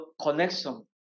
connection